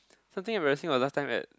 something embarrassing about last time at